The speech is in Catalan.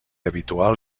habitual